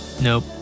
Nope